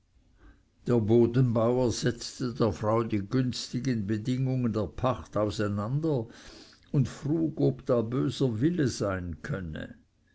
der bodenbauer setzte der frau die günstigen bedingungen der pacht auseinander und frug ob da böser wille sein könne